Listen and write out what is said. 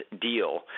deal